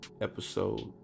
episode